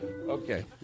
Okay